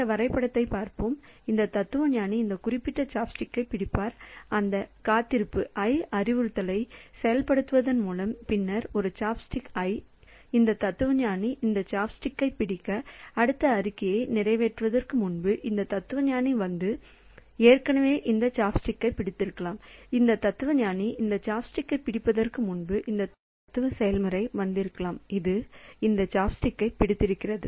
இந்த வரைபடத்தைப் பார்ப்போம் இந்த தத்துவஞானி இந்த குறிப்பிட்ட சாப்ஸ்டிக்கைப் பிடிப்பார் அந்த காத்திருப்பு i அறிவுறுத்தலை செயல்படுத்துவதன் மூலம் பின்னர் ஒரு சாப்ஸ்டிக் i இந்த தத்துவஞானி இந்த சாப்ஸ்டிக்கைப் பிடிக்க அடுத்த அறிக்கையை நிறைவேற்றுவதற்கு முன்பு இந்த தத்துவஞானி வந்து ஏற்கனவே இந்த சாப்ஸ்டிக்கைப் பிடித்திருக்கலாம் இந்த தத்துவஞானி இந்த சாப்ஸ்டிக்கைப் பிடிப்பதற்கு முன்பு இந்த தத்துவ செயல்முறை வந்திருக்கலாம் அது இந்த சாப்ஸ்டிக்ஸைப் பிடித்திருக்கிறது